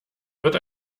wird